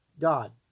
God